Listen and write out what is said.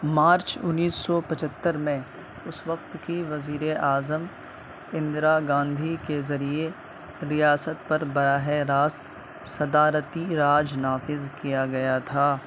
مارچ انیس سو پچہتر میں اس وقت کی وزیر اعظم اندرا گاندھی کے ذریعے ریاست پر براہ راست صدارتی راج نافذ کیا گیا تھا